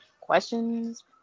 questions